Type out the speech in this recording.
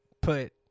put